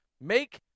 make